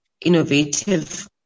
innovative